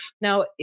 Now